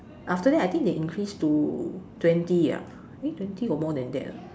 after that I think they increase to twenty ah eh twenty or more than that ah